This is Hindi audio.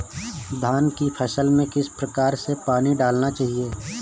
धान की फसल में किस प्रकार से पानी डालना चाहिए?